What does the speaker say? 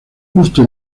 justo